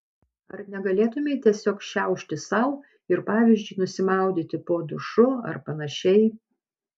ar negalėtumei tiesiog šiaušti sau ir pavyzdžiui nusimaudyti po dušu ar panašiai